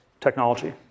technology